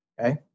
okay